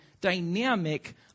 dynamic